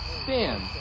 stand